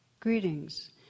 Greetings